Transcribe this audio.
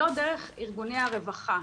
לא דרך ארגוני הרווחה.